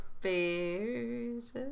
Faces